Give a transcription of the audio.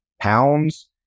pounds